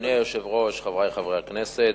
אדוני היושב-ראש, חברי חברי הכנסת,